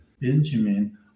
Benjamin